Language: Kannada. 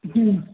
ಹ್ಞೂ